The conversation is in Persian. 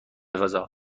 فضا